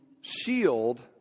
shield